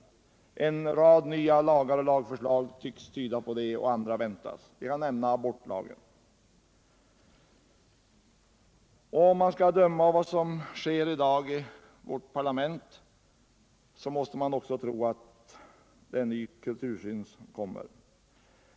En rad nya lagar och förslag tycks tyda på det, och andra väntas — jag kan bara nämna abortlagen. Om man skall döma av vad som sker i dag i landets parlament måste man också tro att det är en ny kultursyn som kommer.